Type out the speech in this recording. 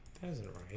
tesla